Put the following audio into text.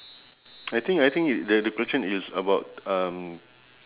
I think I think it~ the the question is about um